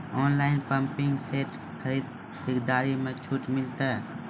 Online pumping set खरीदारी मे छूट मिलता?